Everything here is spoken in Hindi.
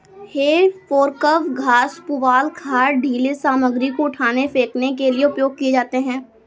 हे फोर्कव घास, पुआल, खाद, ढ़ीले सामग्री को उठाने, फेंकने के लिए उपयोग किए जाते हैं